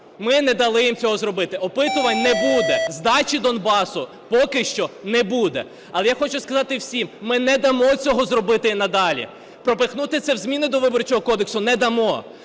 ми не дали їм цього зробити. Опитувань не буде, здачі Донбасу поки що не буде. Але я хочу сказати всім: ми не дамо цього зробити і надалі, пропихнути це в зміни до Виборчого кодексу не дамо.